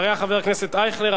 אחריה חבר הכנסת אייכלר,